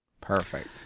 Perfect